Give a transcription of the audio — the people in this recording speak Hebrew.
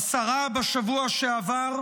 עשרה בשבוע שעבר,